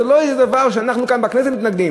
זה לא איזה דבר שאנחנו כאן בכנסת מתנגדים.